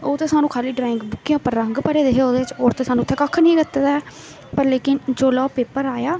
ओह् ते सानूं खाल्ली ड्राइंग बुक्कें पर रंग भरे दे हे ओह्दे च होर उत्थै सानूं कक्ख निं दित्ते दा ऐ पर लेकिन जोल्ले ओह् पेपर आया